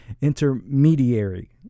intermediary